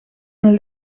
een